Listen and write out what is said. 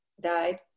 died